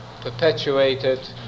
perpetuated